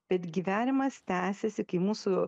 bet gyvenimas tęsiasi kai mūsų